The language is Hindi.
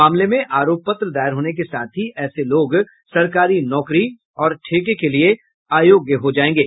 मामले में आरोप पत्र दायर होने के साथ ही ऐसे लोग सरकारी नौकरी और ठेके के लिए अयोग्य हो जायेंगे